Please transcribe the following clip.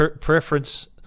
preference